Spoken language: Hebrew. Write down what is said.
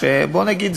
בוא נגיד,